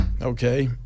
okay